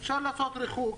אפשר לעשות ריחוק